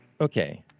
Okay